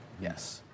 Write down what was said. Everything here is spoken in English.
Yes